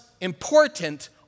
important